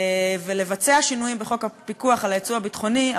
ולבצע שינויים בחוק הפיקוח על יצוא ביטחוני,